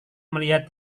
melihat